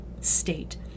state